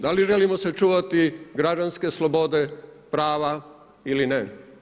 Da li želimo sačuvati građanske slobode, prava ili ne.